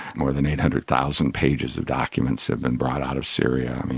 more than eight hundred thousand pages of documents have been brought out of syria.